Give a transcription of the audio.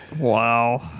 Wow